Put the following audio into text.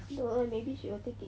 don't know leh maybe she will take it